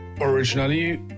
originally